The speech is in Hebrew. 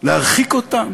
להרחיק אותם?